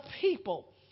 people